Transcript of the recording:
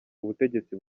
ubutegetsi